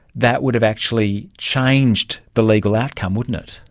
that would have actually changed the legal outcome, wouldn't it.